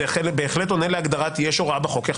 זה בהחלט עונה להגדרת שיש הוראה בחוק איך